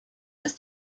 ist